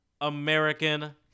American